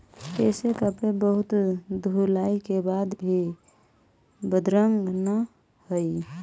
ऐसे कपड़े बहुत धुलाई के बाद भी बदरंग न हई